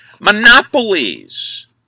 monopolies